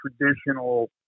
traditional